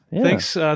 Thanks